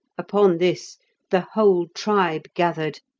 upon this the whole tribe gathered,